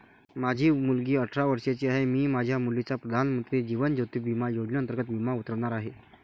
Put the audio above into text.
माझी मुलगी अठरा वर्षांची आहे, मी माझ्या मुलीचा प्रधानमंत्री जीवन ज्योती विमा योजनेअंतर्गत विमा उतरवणार आहे